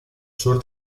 sur